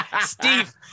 Steve